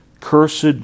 Cursed